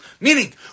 Meaning